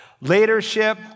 leadership